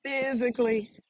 Physically